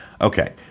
Okay